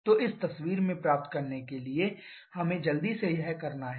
तो इस तस्वीर में प्राप्त करने के लिए हमें जल्दी से यह करना है